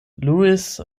louis